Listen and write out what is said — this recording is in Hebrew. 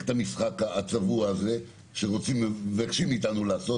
את המשחק הצבוע הזה שמבקשים מאיתנו לעשות,